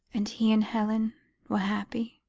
and he and helen were happy?